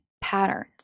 patterns